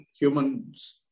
humans